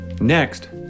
Next